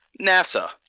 NASA